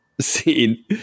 scene